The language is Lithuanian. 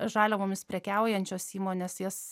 žaliavomis prekiaujančios įmonės jas